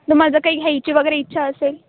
तुम्हाला जर काही घ्यायची वगैरे इच्छा असेल